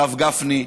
הרב גפני,